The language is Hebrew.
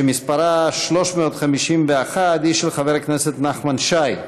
שמספרה 351, היא של חבר הכנסת נחמן שי.